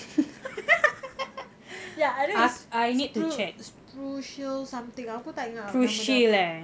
ya I know it's spru~ spru~ shield something aku tak ingat ah nama dia